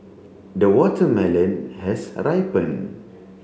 the watermelon has ripen